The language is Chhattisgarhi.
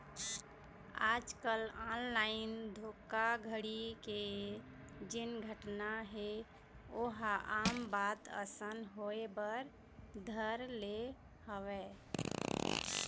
आजकल ऑनलाइन धोखाघड़ी के जेन घटना हे ओहा आम बात असन होय बर धर ले हवय